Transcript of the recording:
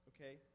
okay